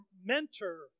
mentor